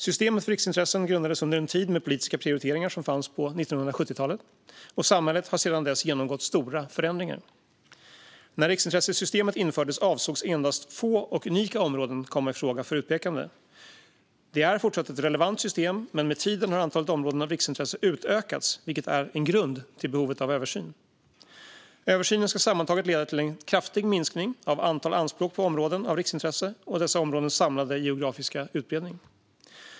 Systemet för riksintressen grundades under en tid med politiska prioriteringar som fanns på 1970-talet, och samhället har sedan dess genomgått stora förändringar. När riksintressesystemet infördes avsågs endast få och unika områden komma i fråga för utpekande. Det är fortsatt ett relevant system, men med tiden har antalet områden av riksintresse utökats, vilket är en grund till behovet av en översyn. Översynen ska sammantaget leda till en kraftig minskning av antal anspråk på områden av riksintresse och dessa områdens samlade geografiska utbredning.